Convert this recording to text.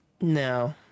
No